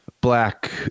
black